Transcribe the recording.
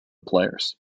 players